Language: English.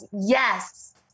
yes